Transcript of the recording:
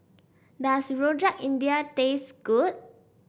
does Rojak India taste good